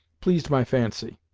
pleased my fancy.